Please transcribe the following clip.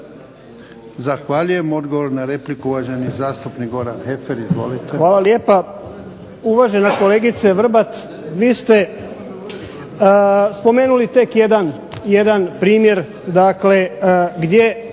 Zahvaljujem. Odgovor na repliku uvaženi zastupnik Goran Heffer.